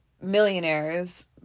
millionaires